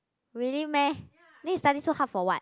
really meh then you study so hard for what